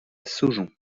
saujon